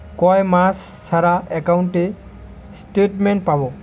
কয় মাস ছাড়া একাউন্টে স্টেটমেন্ট পাব?